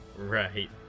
Right